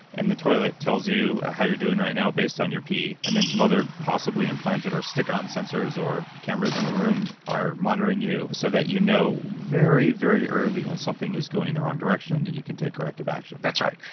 and the toilet tells you how you're doing right now based on your pee, and some other possibly implanted or stick-on sensors or cameras in the room are monitoring you so that you know very very early when something is going the wrong direction, and you can take corrective action? that's right,